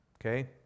okay